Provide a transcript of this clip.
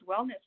wellness